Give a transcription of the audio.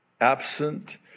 absent